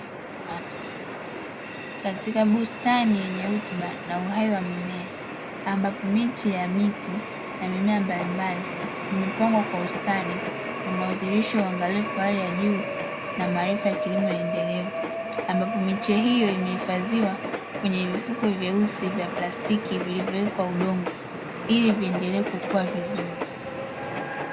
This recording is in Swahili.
Katika bustani yenye rutuba na uhai wa mimea, ambapo miche ya miti na mimea mbalimbali, imepangwa kwa ustari unaodhihirisha uangalifu wa hali ya juu na maarifa ya kilimo endelevu, ambapo miche hiyo imehifadhiwa kwenye vifuko vyeusi vya plastiki vilivyowekewa udongo, ili viendelee kukua vizuri.